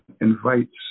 invites